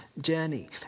journey